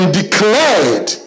declared